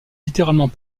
littéralement